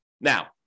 Now